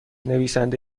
نویسنده